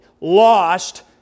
lost